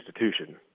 institution